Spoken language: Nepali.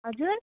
हजुर